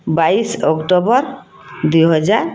ବାଇଶ ଅକ୍ଟୋବର ଦୁଇ ହଜାର